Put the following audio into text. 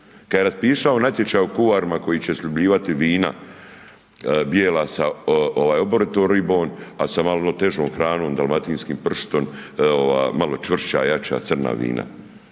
kad je raspisao natječaj o kuvarima koji će sljubljivati vina bijela sa oboritom ribom, a sa malo težom hranom, dalmatinskim pršutom, malo čvršća, jača, crna vina,